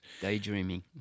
Daydreaming